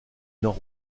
nord